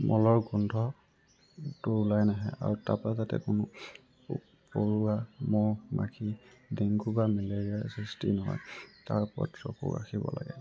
মলৰ গোন্ধটো ওলাই নাহে আৰু তাৰপৰা যাতে কোনো পৰুৱা মহ মাখি ডেংগু বা মেলেৰিয়াৰ সৃষ্টি নহয় তাৰ ওপৰত চকু ৰাখিব লাগে